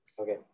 Okay